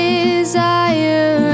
Desire